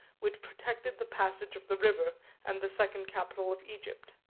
which protected the passage of the river and the second capital of egypt.